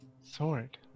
Sword